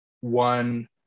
one